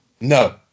no